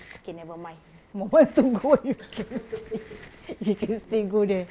okay never mind more months to go you can still you can still go there